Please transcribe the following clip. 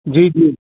जी जी